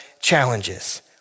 challenges